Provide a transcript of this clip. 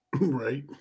Right